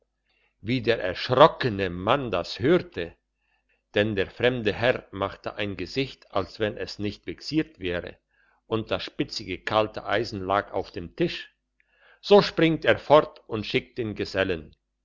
wie der erschrockene mann das hörte denn der fremde herr machte ein gesicht als wenn es nicht vexiert wäre und das spitzige kalte eisen lag auf dem tisch so springt er fort und schickt den gesellen